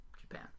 Japan